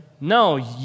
no